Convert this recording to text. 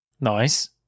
Nice